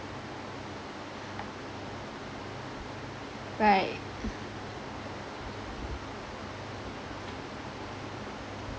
right